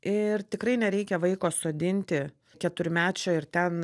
ir tikrai nereikia vaiko sodinti keturmečio ir ten